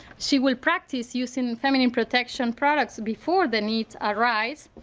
she will practice using feminine protection products before the need arise.